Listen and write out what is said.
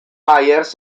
myers